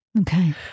Okay